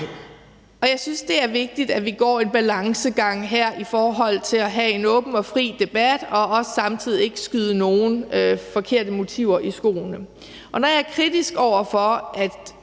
Jeg synes, at det er vigtigt, at vi går en balancegang i forhold til at have en åben og fri debat og samtidig ikke skyde nogen forkerte motiver i skoene. Når jeg er kritisk over for, at